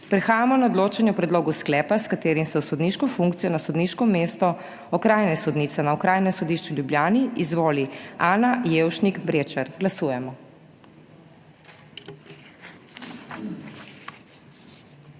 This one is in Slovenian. Prehajamo na odločanje o predlogu sklepa, s katerim se v sodniško funkcijo na sodniško mesto okrožne sodnice na Okrožnem sodišču v Ljubljani izvoli Mateja Glušič. Glasujemo.